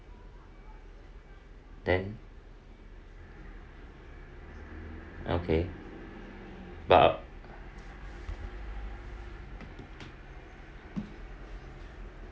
then okay but